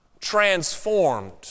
transformed